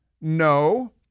no